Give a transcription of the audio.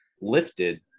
lifted